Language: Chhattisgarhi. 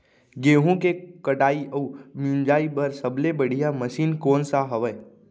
गेहूँ के कटाई अऊ मिंजाई बर सबले बढ़िया मशीन कोन सा हवये?